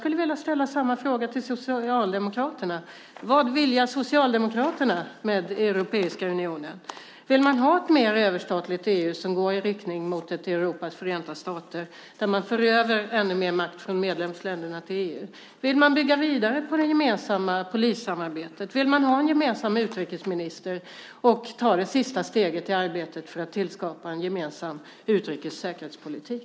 Jag vill ställa samma fråga till Socialdemokraterna. Vad vill Socialdemokraterna med Europeiska unionen? Vill man ha ett mer överstatligt EU som går i riktning mot ett Europas förenta stater där man för över ännu mer makt från medlemsländerna till EU? Vill man bygga vidare på det gemensamma polissamarbetet? Vill man ha en gemensam utrikesminister och ta det sista steget i arbetet för att skapa en gemensam utrikes och säkerhetspolitik?